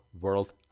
world